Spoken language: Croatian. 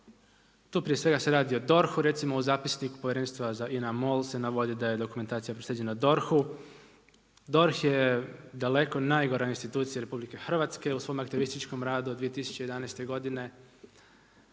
Tu prije svega se radi o DORH-u. Recimo u zapisniku Povjerenstva za INA-MOL se navodi da je dokumentacija proslijeđena DORH-u. DORH je daleko najgora institucija RH u svom aktivističkom radu od 2011. godine.